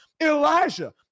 Elijah